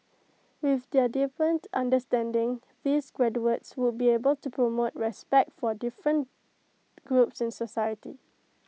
with their deepened understanding these graduates would be able to promote respect for different groups in society